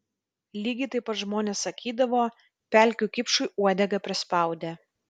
lygiai taip pat žmonės sakydavo pelkių kipšui uodegą prispaudė